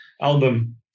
album